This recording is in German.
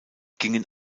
gingen